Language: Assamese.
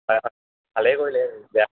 হয় হয় ভালেই কৰিলে তেতিয়া